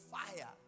fire